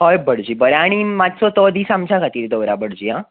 हय भटजी बरें आनी मात्सो तो दीस आमच्या खातीर तो दवरात हां